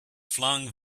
flung